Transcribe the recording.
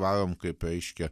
varom kaip reiškia